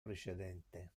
precedente